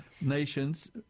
nations